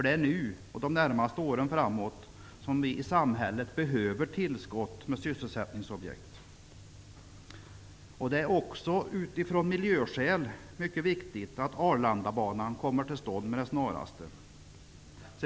Det är nu, och de närmaste åren framåt, som vi i samhället behöver tillskott av sysselsättningsobjekt. Det är också av miljöskäl mycket viktigt att Arlandabanan kommer till stånd med det snaraste.